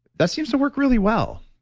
that seems to work really well.